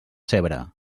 zebra